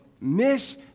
miss